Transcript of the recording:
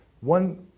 One